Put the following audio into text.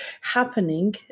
happening